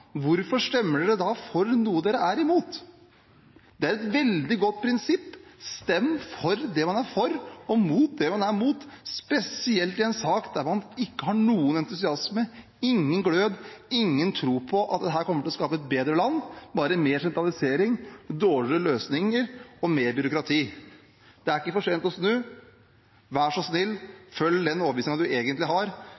Hvorfor stemmer dere da for noe dere er imot? Det er et veldig godt prinsipp: stem for det man er for, og mot det man er imot, spesielt i en sak der man ikke har noen entusiasme, ingen glød, ingen tro på at dette kommer til å skape et bedre land, bare mer sentralisering, dårligere løsninger og mer byråkrati. Det er ikke for sent å snu. Vær så snill,